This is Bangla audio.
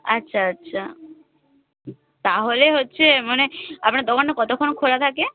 আচ্ছা আচ্ছা তাহলে হচ্ছে মানে আপনার দোকানটা কতোক্ষণ খোলা থাকে